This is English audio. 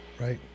Right